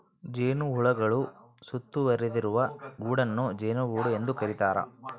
ಜೇನುಹುಳುಗಳು ಸುತ್ತುವರಿದಿರುವ ಗೂಡನ್ನು ಜೇನುಗೂಡು ಎಂದು ಕರೀತಾರ